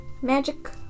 Magic